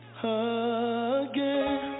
again